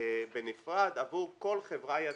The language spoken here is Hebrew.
בנפרד עבור כל חברה יצרנית,